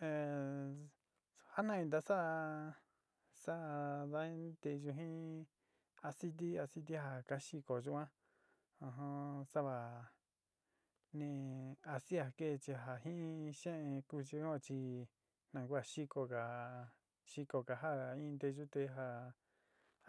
Ehhh jatna inta saa, saa dañ nteyu jin aciti aciti ja ka xiko yuan ujum savaa ni asia que chi ja jiin xeen kuchi un chi yuan kua xikoga xikoga jaan in nteyu te ja